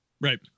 right